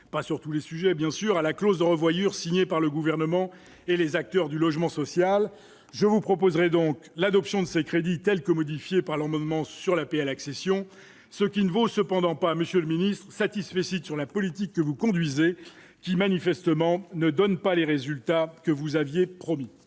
pas sur tous les sujets bien sûr à la clause de revoyure signée par le gouvernement et les acteurs du logement social, je vous proposerai donc l'adoption de ces crédits, telle que modifiée par le moment sur l'APL accession, ce qui ne vaut cependant pas Monsieur le Ministre satisfecit sur la politique que vous conduisez qui manifestement ne donne pas les résultats que vous aviez promis.